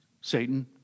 Satan